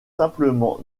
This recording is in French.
simplement